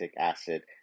acid